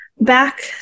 back